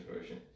version